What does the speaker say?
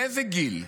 לאיזה גיל?